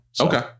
Okay